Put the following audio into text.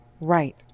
Right